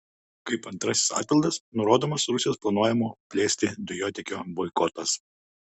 kaip antrasis atpildas nurodomas rusijos planuojamo plėsti dujotiekio boikotas